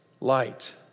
light